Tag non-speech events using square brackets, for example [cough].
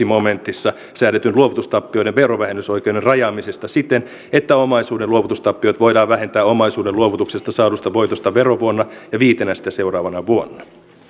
[unintelligible] momentissa säädetyn luovutustappioiden verovähennysoikeuden rajaamisesta siten että omaisuuden luovutustappiot voidaan vähentää omaisuuden luovutuksesta saadusta voitosta verovuonna ja viitenä sitä seuraavana vuonna